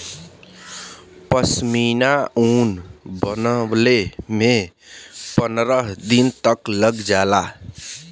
पश्मीना ऊन बनवले में पनरह दिन तक लग जाला